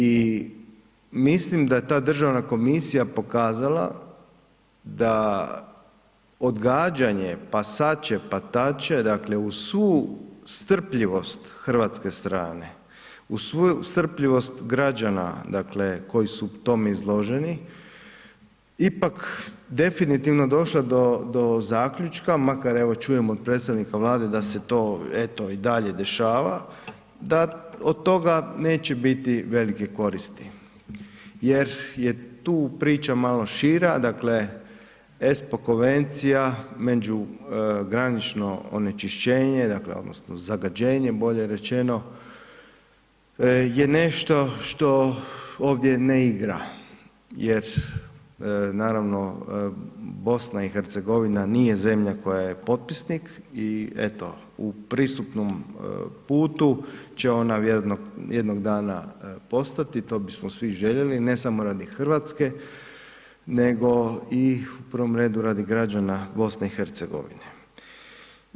I mislim da je ta državna komisija pokazala da odgađanje, pa sad će, pa tad će, dakle uz svu strpljivost hrvatske strane, uz svu strpljivost građana dakle koji su tome izloženi ipak definitivno došla do zaključka, makar evo čujemo od predstavnika Vlade da se to eto i dalje dešava, da od toga neće biti velike koristi jer je tu priča malo šira, dakle ESPO konvencija međugranično onečišćenje dakle odnosno zagađenje bolje rečeno je nešto što ovdje ne igra jer naravno BiH-a nije zemlja koja je potpisnik i eto u pristupnom putu će ona vjerojatno jednoga dana postati, to bismo svi željeli, ne samo radi Hrvatske nego i u prvom redu radi građana BiH-a.